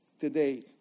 today